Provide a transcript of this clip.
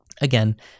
again